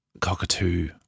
cockatoo